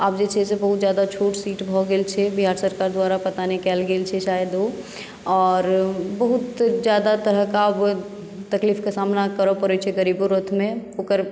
आब जे छै से बहुत जादा छोट सीट भऽ गेल छै बिहार सरकार द्वारा पता नहि कयल गेल छै शायद ओ आओर बहुत जादा तरहक आब तकलीफके सामना करऽ पड़य छै गरीबो रथमे ओकर